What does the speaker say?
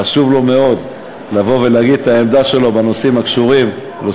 חשוב לו מאוד לבוא ולהגיד את העמדה שלו בנושאים הלוקאליים,